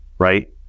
right